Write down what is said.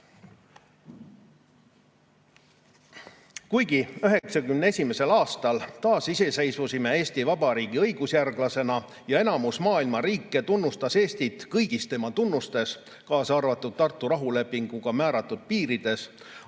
1991. aastal taasiseseisvusime Eesti Vabariigi õigusjärglasena ja enamus maailma riike tunnustas Eestit kõigis tema tunnustes, kaasa arvatud Tartu rahulepinguga määratud piirides,